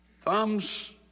thumbs